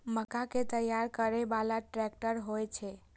मक्का कै तैयार करै बाला ट्रेक्टर होय छै?